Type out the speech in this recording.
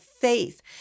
faith